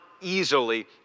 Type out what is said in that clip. easily